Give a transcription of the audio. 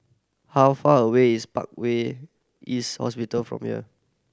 how far away is Parkway East Hospital from here